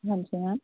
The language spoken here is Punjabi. ਹਾਂਜੀ ਮੈਮ